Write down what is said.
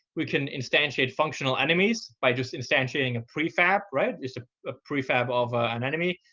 we can instantiate functional enemies by just instantiating a prefab, right? just ah a prefab of ah an enemy.